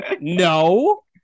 No